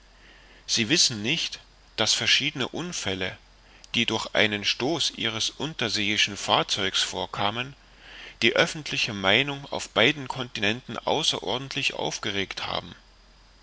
sie wissen nicht daß verschiedene unfälle die durch einen stoß ihres unterseeischen fahrzeugs vorkamen die öffentliche meinung auf beiden continenten außerordentlich aufgeregt haben